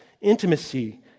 intimacy